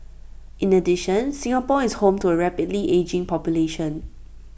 in addition Singapore is home to A rapidly ageing population